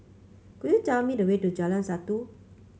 could you tell me the way to Jalan Satu